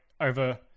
over